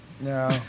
No